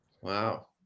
Wow